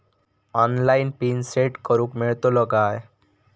Online pin set करूक मेलतलो काय?